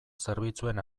zerbitzuen